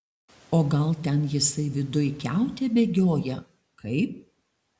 o gal ten jisai viduj kiaute bėgioja kaip